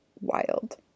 wild